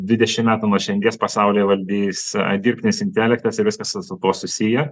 dvidešimt metų nuo šiandies pasaulį valdys dirbtinis intelektas ir viskas su su tuo susiję